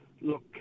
look